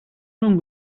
wrong